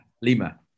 lima